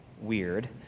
weird